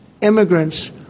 immigrants